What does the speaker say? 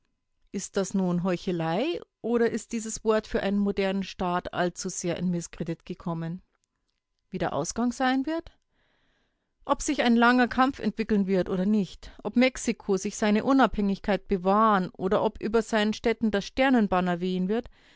ist das nun heuchelei oder ist dieses wort für einen modernen staat allzu sehr in mißkredit gekommen wie der ausgang sein wird ob sich ein langer kampf entwickeln wird oder nicht ob mexiko sich seine unabhängigkeit bewahren oder ob über seinen städten das sternenbanner wehen wird